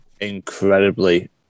incredibly